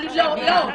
--- לא,